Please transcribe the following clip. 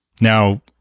now